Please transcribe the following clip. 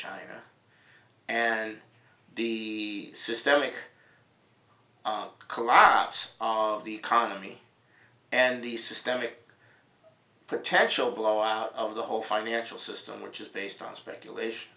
china and the systemic collapse of the economy and the systemic potential blowout of the whole financial system which is based on speculation